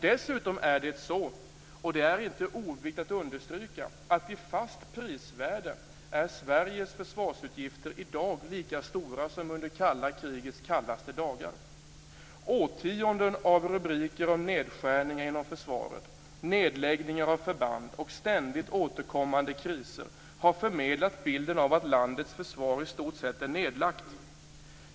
Dessutom är det inte oviktigt att understryka att i fast prisvärde är Sveriges försvarsutgifter i dag lika stora som under kalla krigets kallaste dagar. Årtionden av rubriker om nedskärningar inom försvaret, nedläggningar av förband och ständigt återkommande kriser har förmedlat bilden av att landets försvar i stort sett är nedlagt.